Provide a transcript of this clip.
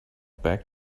back